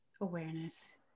awareness